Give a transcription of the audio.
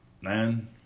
Man